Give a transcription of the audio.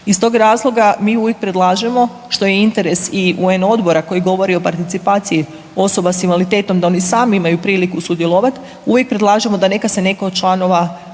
Iz tog razloga mi uvijek predlažemo što je interes i UN odbora koji govori o participaciji osoba s invaliditetom da oni sami imaju priliku sudjelovati, uvijek predlažemo da neka se netko od članova osoba